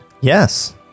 Yes